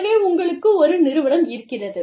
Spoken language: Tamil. எனவே உங்களுக்கு ஒரு நிறுவனம் இருக்கிறது